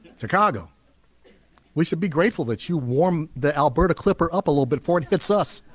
chicago we should be grateful that you warm the alberta clipper up a little bit for it hits us